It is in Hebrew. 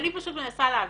אני פשוט מנסה להבין.